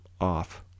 off